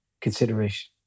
consideration